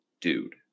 dude